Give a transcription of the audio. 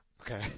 Okay